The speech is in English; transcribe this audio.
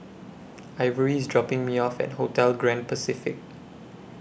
Ivory IS dropping Me off At Hotel Grand Pacific